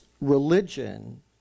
religion